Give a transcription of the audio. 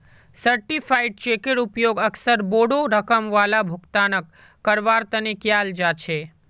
certified चेकेर उपयोग अक्सर बोडो रकम वाला भुगतानक करवार तने कियाल जा छे